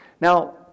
Now